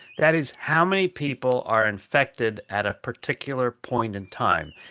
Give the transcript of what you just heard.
that is, how many people are infected at a particular point in time.